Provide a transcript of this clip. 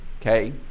okay